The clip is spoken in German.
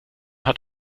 hat